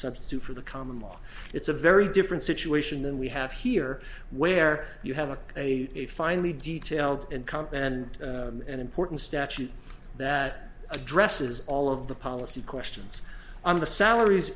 substitute for the common law it's a very different situation than we have here where you have a a finally detailed and count and an important statute that addresses all of the policy questions on the salaries